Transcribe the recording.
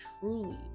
truly